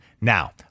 Now